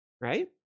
right